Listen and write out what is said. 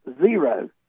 zero